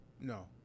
No